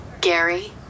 Gary